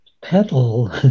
petal